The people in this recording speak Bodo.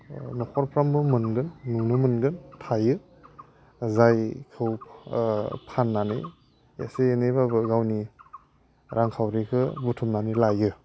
न'खरफ्रोमबो मोनगोन नुनो मोनगोन थायो जायखौ फाननानै एसे एनैबाबो गावनि रांखावरिखौ बुथुमनानै लायो